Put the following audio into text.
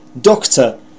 doctor